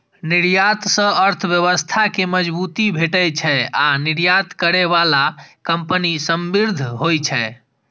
निर्यात सं अर्थव्यवस्था कें मजबूती भेटै छै आ निर्यात करै बला कंपनी समृद्ध होइ छै